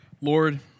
Lord